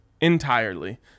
entirely